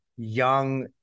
young